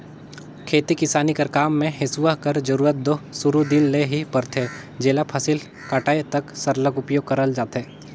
खेती किसानी कर काम मे हेसुवा कर जरूरत दो सुरू दिन ले ही परथे जेला फसिल कटाए तक सरलग उपियोग करल जाथे